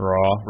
Raw